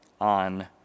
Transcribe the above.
on